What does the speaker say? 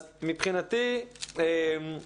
אז מבחינתי אנחנו